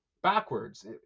backwards